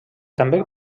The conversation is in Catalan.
també